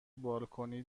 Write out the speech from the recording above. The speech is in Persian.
بالکنی